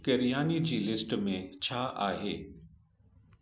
किरियाने जी लिस्ट में छा आहे